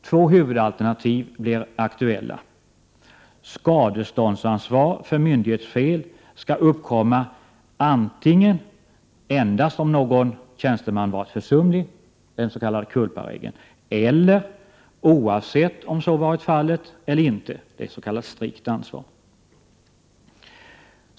Två huvudalternativ blir aktuella: skadeståndsansvar för myndighetsfel skall uppkomma antingen endast om någon tjänsteman varit försumlig — culparegeln — eller oavsett om så varit fallet eller inte — strikt ansvar.